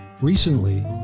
Recently